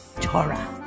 Torah